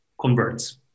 converts